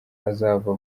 azava